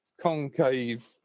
concave